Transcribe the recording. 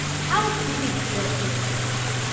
how big a deal is this?